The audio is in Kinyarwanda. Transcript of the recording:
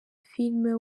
filime